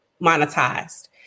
monetized